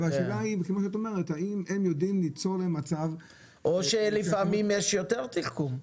אבל השאלה האם הם יודעים ליצור להם מצב --- לפעמים יש יותר תחכום.